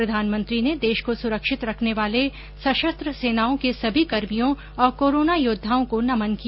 प्रधानमंत्री ने देश को सुरक्षित रखने वाले सशस्त्र सेनाओं के सभी कर्मियों और कोरोना योद्वाओं को नमन किया